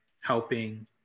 helping